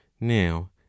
now